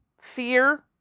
Fear